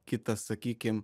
kita sakykim